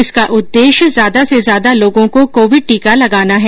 इसका उद्देश्य ज्यादा से ज्यादा लोगों को कोविड टीका लगाना है